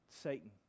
Satan